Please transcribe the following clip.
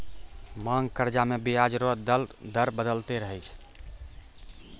मांग कर्जा मे बियाज रो दर बदलते रहै छै